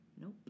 Nope